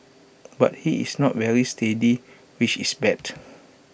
but he is not very steady which is bad